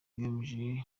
igamije